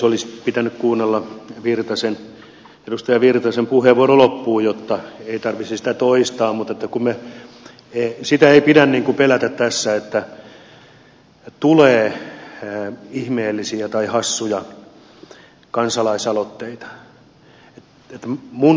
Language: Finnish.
olisi pitänyt kuunnella edustaja virtasen puheenvuoro loppuun jotta ei tarvitsisi sitä toistaa mutta sitä ei pidä pelätä tässä että tulee ihmeellisiä tai hassuja kansalaisaloitteita